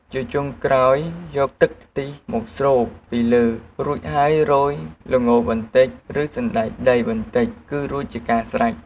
ជាចុងក្រោយ យកទឹកខ្ទិះមកស្រូបពីលើរួចហើយរោយល្ងបន្តិច ឬសណ្ដែកដីបន្តិចគឺរួចជាការស្រេច។